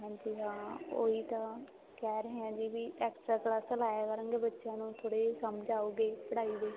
ਹਾਂਜੀ ਹਾਂ ਉਹ ਹੀ ਤਾਂ ਕਹਿ ਰਹੇ ਹਾਂ ਜੀ ਵੀ ਐਕਸਟਰਾ ਕਲਾਸਾਂ ਲਾਇਆ ਕਰਾਂਗੇ ਬੱਚਿਆਂ ਨੂੰ ਥੋੜ੍ਹੀ ਜਿਹੀ ਸਮਝ ਆਉਗੀ ਪੜ੍ਹਾਈ ਦੀ